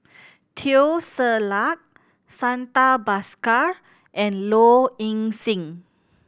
Teo Ser Luck Santha Bhaskar and Low Ing Sing